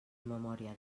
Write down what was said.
memòria